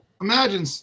imagine